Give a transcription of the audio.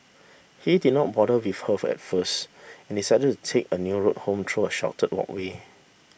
he did not bother with her at first and decided to take a new route home through a sheltered walkway